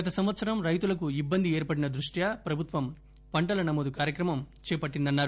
గత సంవత్సరం రైతులకు ఇబ్బంది ఏర్పడిన దృష్ట్యా ప్రభుత్వము పంటల నమోదు కార్యక్రమం చేపట్టిందన్నారు